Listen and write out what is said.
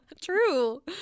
True